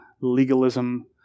legalism